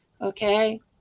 okay